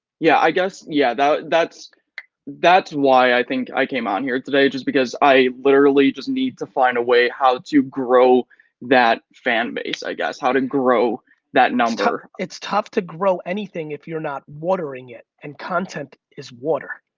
yeah, i guess, yeah that's that's why i think i came on here today, just because i literally just need to find a way how to grow that fan base, i guess, how to grow that number. it's tough to grow anything if you're not watering it and content is water.